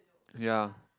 ya